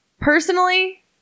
personally